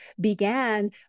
began